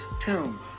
tomb